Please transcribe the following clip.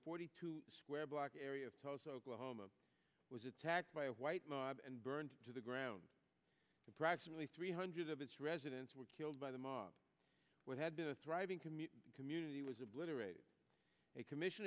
forty two square block area of tulsa oklahoma was attacked by a white mob and burned to the ground approximately three hundred of its residents were killed by the mob what had been a thriving community community was obliterated a commission